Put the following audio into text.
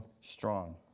strong